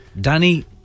Danny